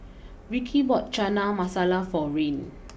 Ricki bought Chana Masala for Rayne